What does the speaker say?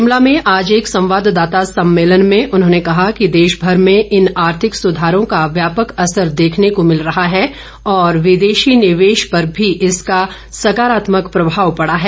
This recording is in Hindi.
शिमला में आज एक संवाददाता सम्मेलन में उन्होंने कहा कि देशभर में इन आर्थिक सुधारों का व्यापक असर देखने को भिल रहा है और विदेशी निवेश पर भी इसका सकारात्मक प्रभाव पड़ा है